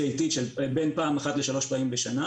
איטית של בין פעם אחת לשלוש פעמים בשנה,